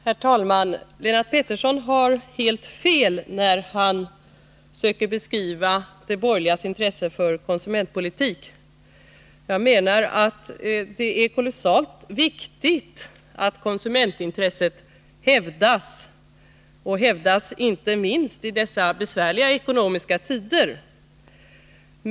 Herr talman! Lennart Petterssons beskrivning av de borgerligas intresse för konsumentpolitik är helt felaktig. Jag menar att det är kolossalt viktigt att konsumentintresset hävdas, och det gäller inte minst i dessa ekonomiskt besvärliga tider.